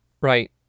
right